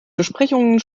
besprechungen